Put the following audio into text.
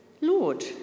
Lord